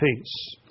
peace